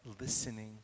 listening